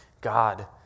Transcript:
God